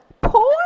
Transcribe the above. poor